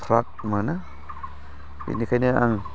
फ्राथ मोनो बिनिखायनो आं